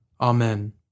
Amen